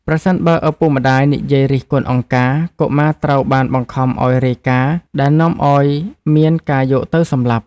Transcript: ប្រសិនបើឪពុកម្ដាយនិយាយរិះគន់អង្គការ កុមារត្រូវបានបង្ខំឱ្យរាយការណ៍ ដែលនាំឱ្យមានការយកទៅសម្លាប់។